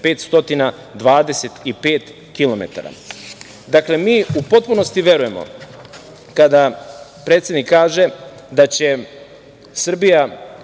525 kilometara. Dakle, mi u potpunosti verujemo kada predsednik kaže da će Srbija